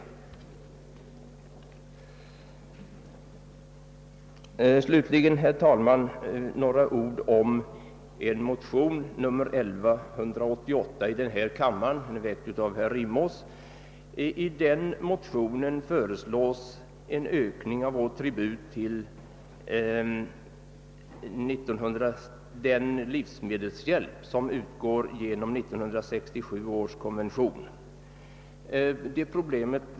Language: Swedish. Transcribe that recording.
Låt mig slutligen, herr talman, säga några ord om motion 1188 i denna kammare av herr Rimås m.fl. I denna föreslås en ökning av vår tribut till den livsmedelshjälp som utgår enligt 1967 års konvention.